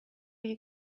you